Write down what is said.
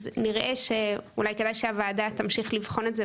אז נראה שאולי כדאי שהוועדה תמשיך לבחון את זה,